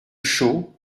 chaux